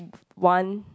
one